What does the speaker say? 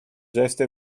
gesto